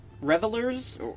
Revelers